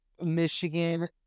Michigan